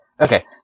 Okay